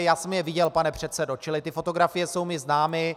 Já jsem je viděl, pane předsedo, čili ty fotografie jsou mi známy.